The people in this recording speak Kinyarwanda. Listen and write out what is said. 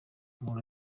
umuntu